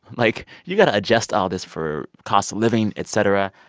like, you've got to adjust all this for costs of living, et cetera.